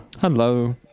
Hello